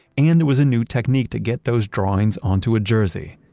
and there was a new technique to get those drawings onto a jersey.